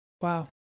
Wow